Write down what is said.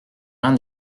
l’un